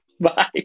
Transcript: Bye